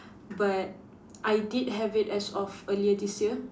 but I did have it as of earlier this year